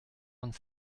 vingt